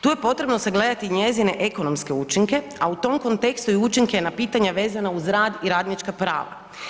Tu je potrebno sagledati njezine ekonomske učinke, a u tom kontekstu i učinke na pitanja vezana uz rad i radnička prava.